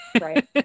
right